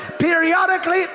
periodically